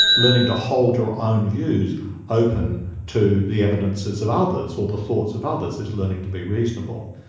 learning to hold your own views open to the evidences of others or the thoughts of others, is learning to be reasonable.